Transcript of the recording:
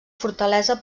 fortalesa